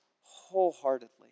wholeheartedly